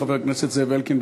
חבר הכנסת זאב אלקין,